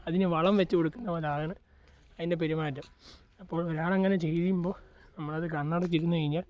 അതിന് വളം വെച്ചുകൊടുക്കുന്നത് പോലെയാണ് അതിൻ്റെ പെരുമാറ്റം അപ്പോൾ ഒരാൾ അങ്ങനെ ചെയ്യുമ്പോൾ നമ്മൾ അത് കണ്ണടച്ച് ഇരുന്നുകഴിഞ്ഞാൽ